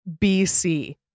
BC